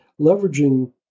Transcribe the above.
leveraging